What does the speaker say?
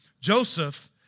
Joseph